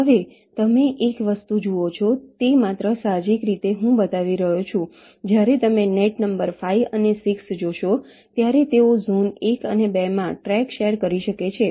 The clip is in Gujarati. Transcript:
હવે તમે એક વસ્તુ જુઓ છો તે માત્ર સાહજિક રીતે હું બતાવી રહ્યો છું જ્યારે તમે નેટ નંબર 5 અને 6 જોશો ત્યારે તેઓ ઝોન 1 અને 2 માં ટ્રેક શેર કરી શકે છે